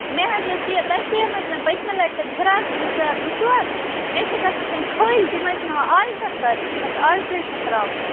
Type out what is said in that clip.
مےٚ حظ ٲسۍ یہِ تۄہہِ دِژے مےٚ پٔتمہِ لَٹہِ تِم فِراکَس ییٖژہ زٕ ژور مےٚ چھِ گژھان تِم کھٲلۍ تِم ٲسۍ مےٚ آلٹر کَرٕنۍ یِمن ٲس آلٹریشَن ترٛاوٕنۍ